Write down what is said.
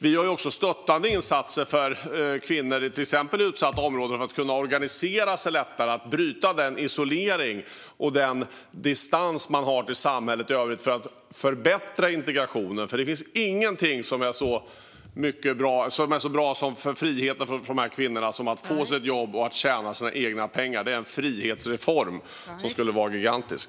Vi gör också stöttande insatser för att kvinnor i exempelvis utsatta områden ska kunna organisera sig lättare, bryta isoleringen från och distansen till samhället i övrigt och förbättra integrationen. Det finns ingenting som är så bra för dessa kvinnors frihet som att få ett jobb och tjäna sina egna pengar. Det är en frihetsreform som skulle vara gigantisk.